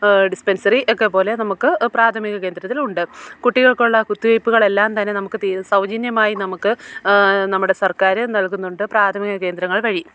dispensary ഒക്കെ പോലെ നമുക്ക് പ്രാഥമിക കേന്ദ്രത്തിൽ ഉണ്ട് കുട്ടികൾക്കുള്ള കുത്തിവെപ്പുകൾ എല്ലാം തന്നെ നമുക്ക് സൗജന്യമായി നമുക്ക് നമ്മുടെ സർക്കാർ നൽകുന്നുണ്ട് പ്രാഥമിക കേന്ദ്രങ്ങൾ വഴി